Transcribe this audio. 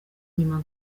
nyuma